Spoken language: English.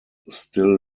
still